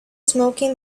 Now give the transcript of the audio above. smoking